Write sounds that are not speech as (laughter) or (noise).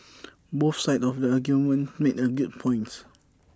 (noise) both sides of the argument make A good points